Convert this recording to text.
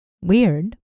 Weird